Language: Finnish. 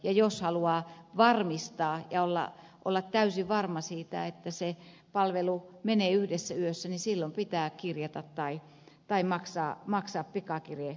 jos haluaa varmistaa ja olla täysin varma siitä että se palvelu menee yhdessä yössä niin silloin pitää kirjata tai maksaa pikakirjemaksua